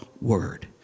word